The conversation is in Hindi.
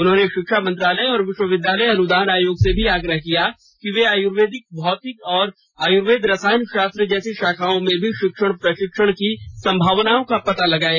उन्होंने शिक्षा मंत्रालय और विश्वविद्यालय अनुदान आयोग से भी आग्रह किया कि वे आयुर्वेद भौतिकी और आयुर्वेद रसायन शास्त्र जैसी शाखाओं में भी शिक्षण प्रशिक्षण की संभावनाओं का पता लगाएं